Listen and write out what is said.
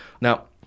Now